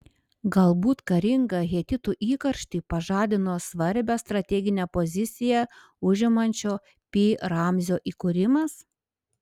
galbūt karingą hetitų įkarštį pažadino svarbią strateginę poziciją užimančio pi ramzio įkūrimas